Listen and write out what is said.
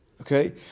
Okay